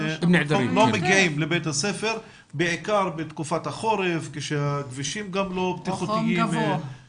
מגיעים לבית הספר בעיקר בתקופת החורף כשהכבישים גם לא בטיחותיים.